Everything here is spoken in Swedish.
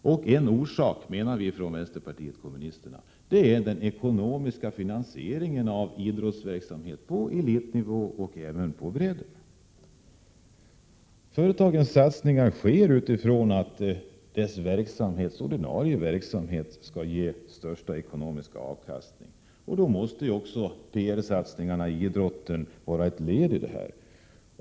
En orsak till detta är enligt vänsterpartiet kommunisterna den ekonomiska finansiering som sker av idrottsverksamhet på elitnivå och även på bredden. Företagens ekonomiska satsningar sker i syfte att deras ordinarie verksamhet skall ge största möjliga ekonomiska avkastning, och därför måste också PR-satsningarna inom idrotten vara ett led i detta.